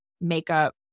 makeup